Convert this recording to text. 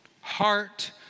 Heart